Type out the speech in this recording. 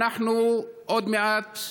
עוד מעט,